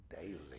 daily